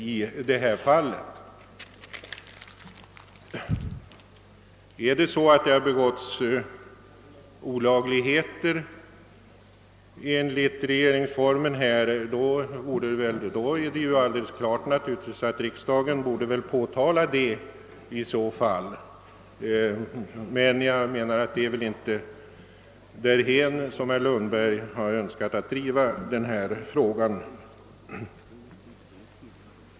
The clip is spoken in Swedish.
Om det har begåtts olagligheter som strider mot regeringsformen bör riksdagen självfallet påtala detta, men det är väl inte dithän som herr Lundberg har önskat driva denna fråga.